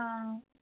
ആ